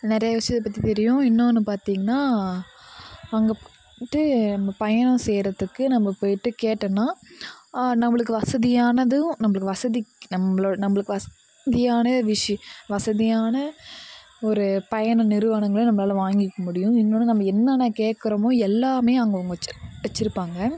நிறைய விஷயத்த பற்றி தெரியும் இன்னொன்று பார்த்திங்கன்னா அங்கே போயிவிட்டு நம்ப பயணம் செய்யறதுக்கு நம்ப போயிவிட்டு கேட்டோன்னா நம்மளுக்கு வசதியானதும் நம்பளுக்கு வசதி நம்பளோ நம்பளுக்கு வசதியான விஷ வசதியான ஒரு பயண நிறுவனங்கள நம்பளால் வாங்கிக்க முடியும் இன்னொன்று நம்ப என்னான்ன கேட்குறோமோ எல்லாமே அவங்க வச்சி இருப்பாங்க